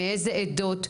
מאיזה עדות,